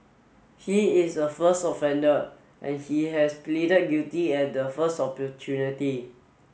he is a first offender and he has pleaded guilty at the first opportunity